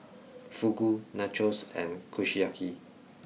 Fugu Nachos and Kushiyaki